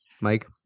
Mike